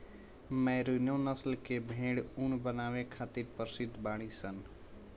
merino नस्ल के भेड़ ऊन बनावे खातिर प्रसिद्ध बाड़ीसन